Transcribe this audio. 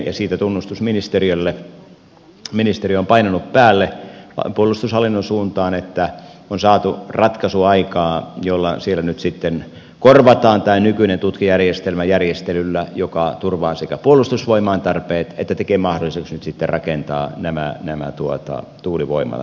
ja siitä tunnustus ministeriölle että ministeriö on painanut päälle puolustushallinnon suuntaan että on saatu ratkaisu aikaan jolla siellä nyt sitten korvataan tämä nykyinen tutkajärjestelmä järjestelyllä joka turvaa sekä puolustusvoimain tarpeet että tekee mahdolliseksi nyt sitten rakentaa nämä tuulivoimalat sinne